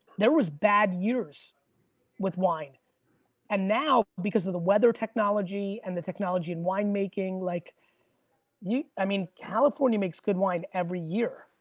there was bad years with wine and now because of the weather technology and the technology in winemaking, like yeah i mean, california makes good wine wine every year.